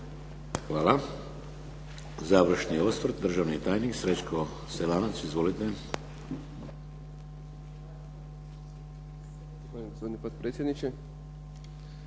Hvala. Završni osvrt, državni tajnik Srećko Selanac. Izvolite.